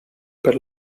per